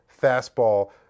fastball